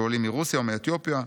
לעולים מרוסיה ומאתיופיה,